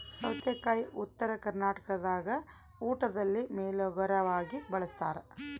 ಸೌತೆಕಾಯಿ ಉತ್ತರ ಕರ್ನಾಟಕದಾಗ ಊಟದಲ್ಲಿ ಮೇಲೋಗರವಾಗಿ ಬಳಸ್ತಾರ